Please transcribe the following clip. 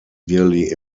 nearly